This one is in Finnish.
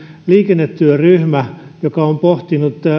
liikennetyöryhmässä joka on pohtinut